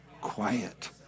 quiet